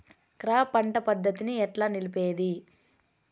Crop పంట పద్ధతిని ఎట్లా నిలిపేది?